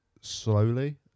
slowly